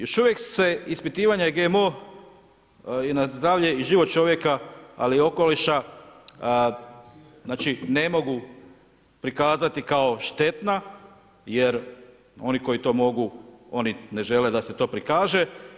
Još uvijek se ispitivanja GMO na zdravlje i život čovjeka, ali i okoliša ne mogu prikazati kao štetna jer oni koji to mogu oni ne žele da se to prikaže.